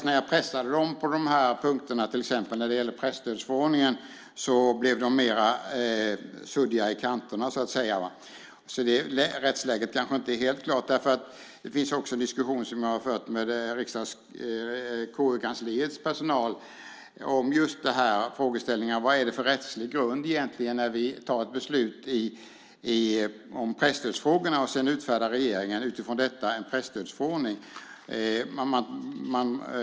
När jag pressade dem på de här punkterna, till exempel när det gällde presstödsförordningen, blev de mer suddiga i kanten. Rättsläget kanske inte är helt klart. Jag har också fört en diskussion med KU-kansliets personal om just den här frågeställningen: Vad är det för rättslig grund när vi fattar ett beslut om presstödsfrågorna och regeringen utifrån detta sedan utfärdar en presstödsförordning?